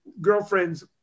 girlfriend's